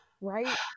right